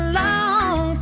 long